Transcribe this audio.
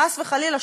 חס וחלילה,